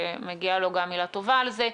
ומגיעה לו גם מילה טובה על זה.